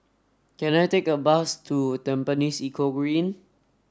can I take a bus to Tampines Eco Green